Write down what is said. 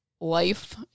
life